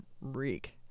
reek